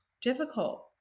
difficult